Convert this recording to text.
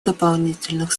дополнительных